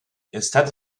instead